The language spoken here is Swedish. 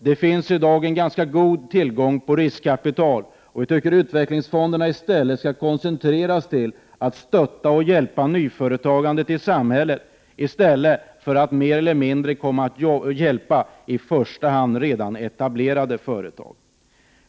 Det finns i dag en ganska god tillgång på riskkapital, och vi tycker att utvecklingsfonderna skall koncentrera sig på att stötta och hjälpa nyföretagandet i samhället i stället för att mer eller mindre hjälpa i första hand redan etablerade företag.